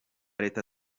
leta